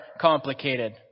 complicated